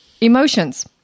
emotions